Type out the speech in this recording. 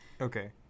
okay